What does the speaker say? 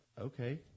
okay